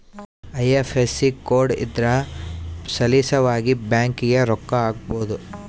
IFSC code ಇದ್ರ ಸಲೀಸಾಗಿ ಬ್ಯಾಂಕಿಗೆ ರೊಕ್ಕ ಹಾಕ್ಬೊದು